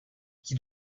qui